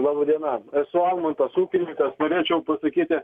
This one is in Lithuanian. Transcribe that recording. laba diena esu almantas ūkininkas norėčiau pasakyti